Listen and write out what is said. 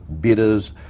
bidder's